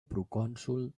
procònsol